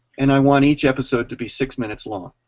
and i want each episode to be six minutes long.